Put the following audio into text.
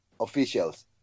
officials